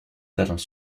talents